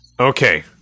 Okay